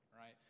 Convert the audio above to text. right